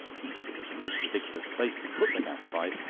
he said it was a most ridiculous place to put the gas-pipe,